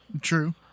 True